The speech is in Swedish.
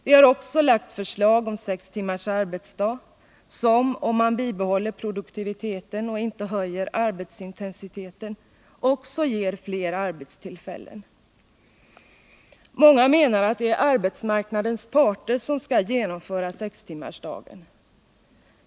Vi har också lagt förslag om sex timmars arbetsdag, som, om man bibehåller produktiviteten och inte höjer arbetsintensiteten, också ger fler arbetstillfällen. Många menar att det är arbetsmarknadens parter som skall genomföra sextimmarsdagen.